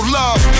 love